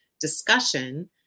discussion